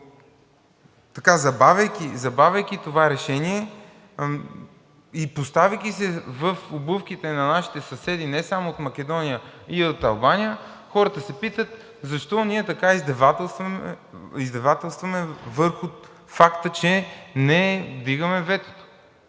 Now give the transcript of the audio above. че забавяйки това решение и поставяйки се в обувките на нашите съседи, не само от Македония, и от Албания, хората се питат, защо ние така издевателстваме върху факта, че не вдигаме ветото.